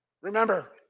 Remember